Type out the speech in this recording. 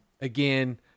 Again